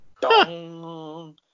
dong